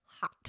hot